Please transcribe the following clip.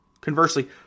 Conversely